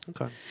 Okay